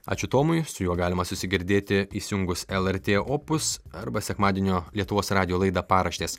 ačiū tomui su juo galima susigirdėti įsijungus lrt opus arba sekmadienio lietuvos radijo laida paraštės